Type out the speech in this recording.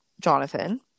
Jonathan